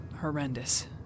horrendous